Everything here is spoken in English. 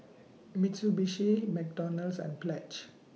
Mitsubishi McDonald's and Pledge